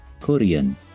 Korean